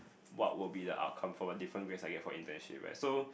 what will be the outcome from a different grades I get from internship eh so